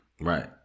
Right